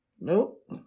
Nope